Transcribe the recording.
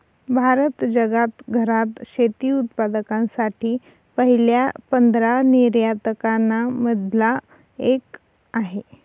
भारत जगात घरात शेती उत्पादकांसाठी पहिल्या पंधरा निर्यातकां न मधला एक आहे